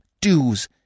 dues